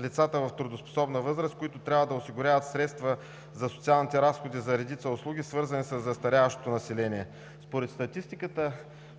лицата в трудоспособна възраст, които трябва да осигуряват средства за социалните разходи за редица услуги, свързани със застаряващото население. Според статистиката